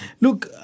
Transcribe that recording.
Look